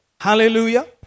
Hallelujah